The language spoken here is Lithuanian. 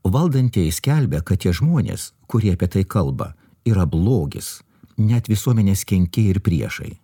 valdantieji skelbia kad tie žmonės kurie apie tai kalba yra blogis net visuomenės kenkėjai ir priešai